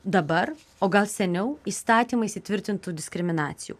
dabar o gal seniau įstatymais įtvirtintų diskriminacijų